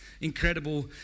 incredible